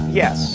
yes